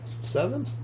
seven